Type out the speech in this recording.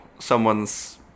someone's